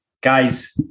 Guys